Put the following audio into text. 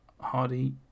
Hardy